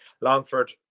longford